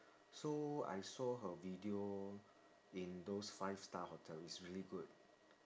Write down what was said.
so I saw her video in those five star hotel is really good